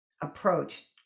approach